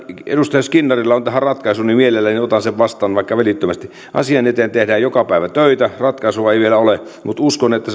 edustaja skinnarilla on tähän ratkaisu niin mielelläni otan sen vastaan vaikka välittömästi asian eteen tehdään joka päivä töitä ratkaisua ei vielä ole mutta uskon että